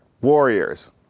warriors